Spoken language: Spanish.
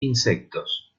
insectos